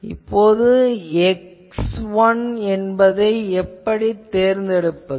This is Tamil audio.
இப்போது x1 என்பதை எப்படித் தேர்ந்தெடுப்பது